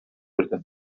бирде